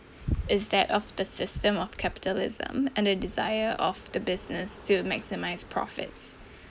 is that of the system of capitalism and a desire of the business to maximise profits